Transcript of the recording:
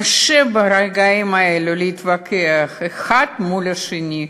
קשה ברגעים האלה להתווכח האחד מול השני,